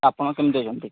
ଆପଣ କେମିତି ଦେଉଛନ୍ତି